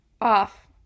off